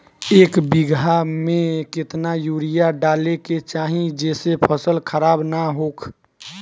एक बीघा में केतना यूरिया डाले के चाहि जेसे फसल खराब ना होख?